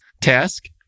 task